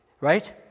right